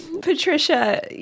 Patricia